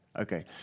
Okay